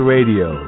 Radio